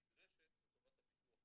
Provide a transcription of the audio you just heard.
העלות שנדרשת לטובת הביטוח הזה.